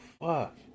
fuck